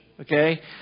Okay